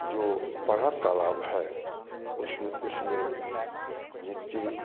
जो बड़ा तालाब है उसमें उसमें मिट्टी